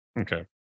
Okay